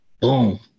boom